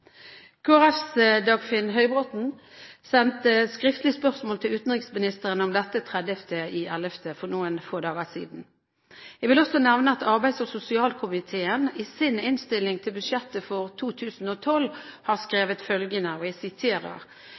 Dagfinn Høybråten sendte skriftlig spørsmål til utenriksministeren om dette den 30. november – for noen få dager siden. Jeg vil også nevne at arbeids- og sosialkomiteen i sin innstilling til budsjettet for 2012 har skrevet følgende: